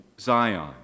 Zion